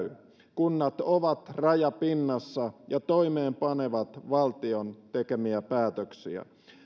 kunnat ovat rajapinnassa ja toimeenpanevat valtion tekemiä päätöksiä